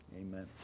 Amen